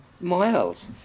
miles